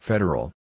Federal